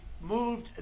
moved